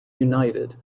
united